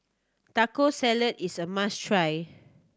Taco Salad is a must try